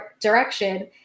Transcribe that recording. direction